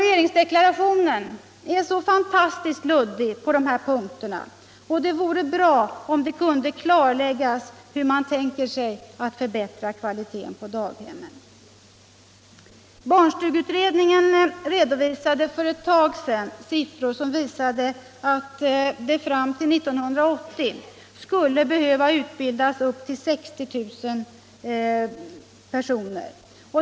Regeringsdeklarationen är så fantastiskt luddig på dessa punkter, att det vore bra om det kunde klarläggas hur man tänker sig att förbättra kvaliteten på daghemmen. Barnstugeutredningen redovisade för ett tag sedan siffror som visade att det fram till 1980 skulle behöva utbildas upp till 60 000 personer.